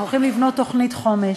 אנחנו הולכים לבנות תוכנית חומש,